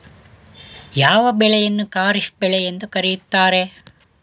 ಯಾವ ಬೆಳೆಯನ್ನು ಖಾರಿಫ್ ಬೆಳೆ ಎಂದು ಕರೆಯುತ್ತಾರೆ?